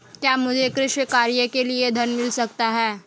क्या मुझे कृषि कार्य के लिए ऋण मिल सकता है?